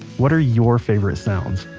what are your favorite sounds.